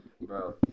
Bro